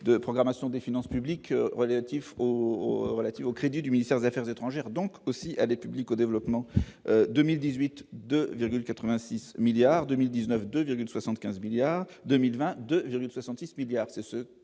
de programmation des finances publiques relatifs au relatives au crédit du ministère et affaires étrangères donc aussi les publique au développement 2018, 2,86 milliards 2019, 2 75 milliards 2020, 2,66 milliards, c'est ce